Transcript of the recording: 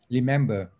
Remember